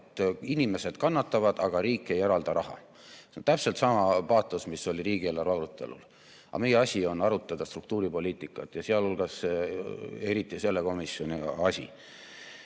Et inimesed kannatavad, aga riik ei eralda raha. See on täpselt sama paatos, mis oli riigieelarve arutelul. Aga meie asi on arutada struktuuripoliitikat, ja sealhulgas eriti selle komisjoni asi.